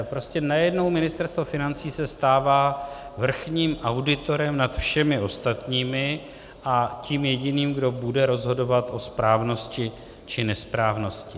Prostě najednou se Ministerstvo financí stává vrchním auditorem nad všemi ostatními a tím jediným, kdo bude rozhodovat o správnosti či nesprávnosti.